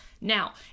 Now